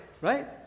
right